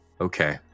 Okay